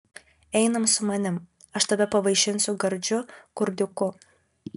einam su manim aš tave pavaišinsiu gardžiu kurdiuku